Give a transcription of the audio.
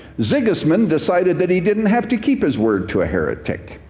sigismund decided that he didn't have to keep his word to a heretic.